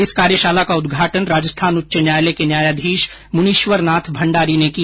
इस कार्यशाला का उद्घाटन राजस्थान उच्च न्यायालय के न्यायाधीश मुनिश्वर नाथ भंडारी ने किया